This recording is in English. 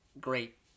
great